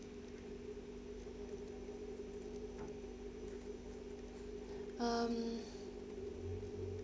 um